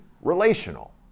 relational